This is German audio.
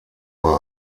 bei